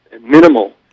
minimal